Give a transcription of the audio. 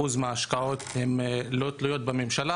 נתונים שהם לא תואמים את מה שיש במשק,